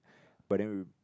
but then